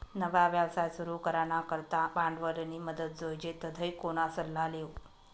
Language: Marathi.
नवा व्यवसाय सुरू करानी करता भांडवलनी मदत जोइजे तधय कोणा सल्ला लेवो